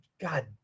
god